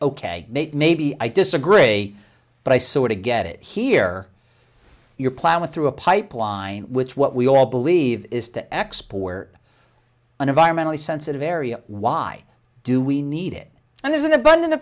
ok maybe i disagree but i sort of get it here your plan with through a pipeline which what we all believe is to export an environmentally sensitive area why do we need it and there's an abundan